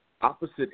opposite